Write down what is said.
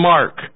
Mark